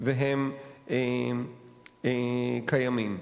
אם הם קיימים.